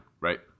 right